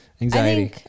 anxiety